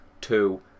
two